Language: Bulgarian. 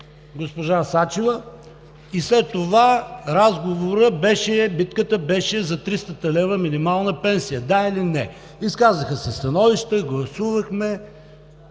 госпожа Сачева, и след това разговорът, битката беше за тристата лева минимална пенсия – да или не. Изказаха се становища, гласувахме